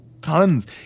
Tons